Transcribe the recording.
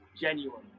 genuine